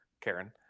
Karen